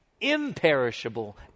imperishable